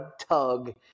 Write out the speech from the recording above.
tug